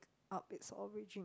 up its origin